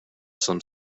some